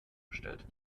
gestellt